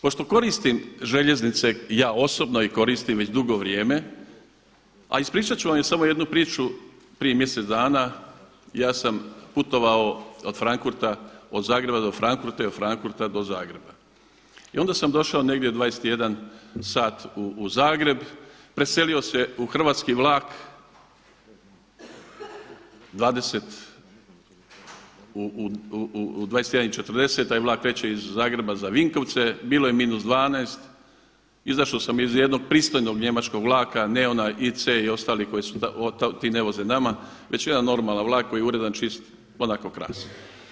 Pošto koristim željeznice, ja osobno ih koristim već dugo vrijeme, a ispričat ću vam samo jednu priču prije mjesec dana ja sam putovao od Zagreba do Frankfurta i od Frankfurta do Zagreba i onda sam došao negdje u 21,00 sat u Zagreb, preselio se u hrvatski vlak u 21,40 taj vlak kreće iz Zagreba za Vinkovce bilo je minus 12, izašao sam iz jednog pristojnog njemačkog vlaka, ne onaj IC i ostali, ti ne voze nama, već jedan normalan vlak koji je uredan, čist onako krasan.